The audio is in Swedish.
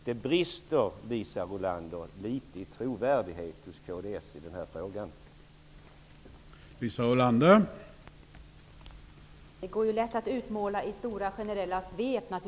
Det brister litet i trovärdighet hos kds i den här frågan, Liisa